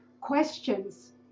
questions